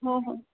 हो हो